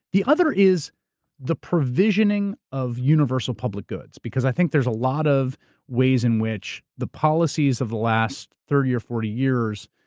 the other is the provisioning of universal public goods, because i think there's a lot of ways in which the policies of the last thirty or forty years,